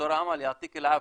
ד"ר אמאל, יישר כוח.